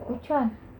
which [one]